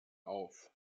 auf